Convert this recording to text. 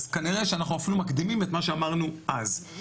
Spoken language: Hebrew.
אז כנראה שאנחנו אפילו מקדימים את מה שאמרנו אז.